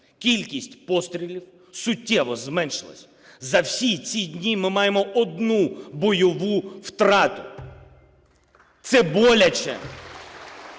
кількість пострілів суттєво зменшилась. За всі ці дні ми маємо одну бойову втрату. Це боляче!